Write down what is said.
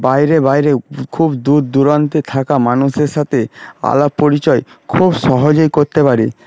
বাইরে বাইরে খুব দূর দূরান্তে থাকা মানুষের সাথে আলাপ পরিচয় খুব সহজেই করতে পারি